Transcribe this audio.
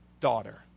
daughter